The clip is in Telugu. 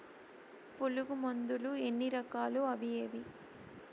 పులుగు మందులు ఎన్ని రకాలు అవి ఏవి?